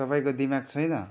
तपाईँको दिमाग छैन